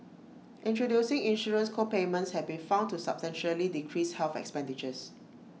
introducing insurance co payments have been found to substantially decrease health expenditures